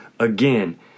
Again